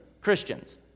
Christians